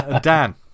dan